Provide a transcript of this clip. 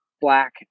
black